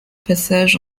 passage